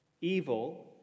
evil